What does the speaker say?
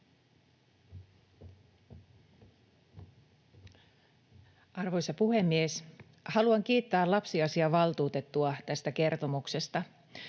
Arvoisa puhemies! Haluan kiittää lapsiasiavaltuutettua tästä kertomuksesta.